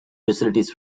facilities